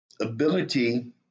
ability